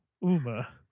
Uma